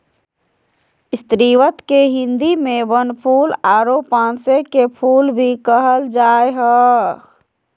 स्रीवत के हिंदी में बनफूल आरो पांसे के फुल भी कहल जा हइ